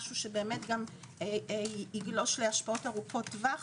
משהו שיגלוש להשפעות ארוכות טווח.